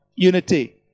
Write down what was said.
Unity